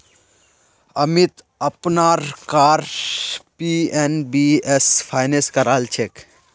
अमीत अपनार car PNB स finance करालछेक